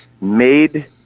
made